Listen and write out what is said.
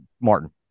Martin